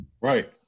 Right